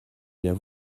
bien